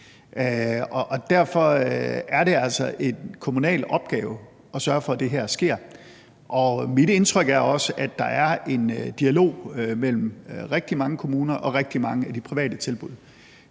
Derfor er det altså en kommunal opgave at sørge for, at det her sker, og mit indtryk er også, at der er en dialog mellem rigtig mange kommuner og rigtig mange af de private tilbud.